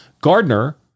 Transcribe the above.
Gardner